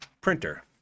printer